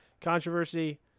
controversy